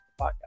podcast